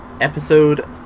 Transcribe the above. episode